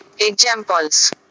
Examples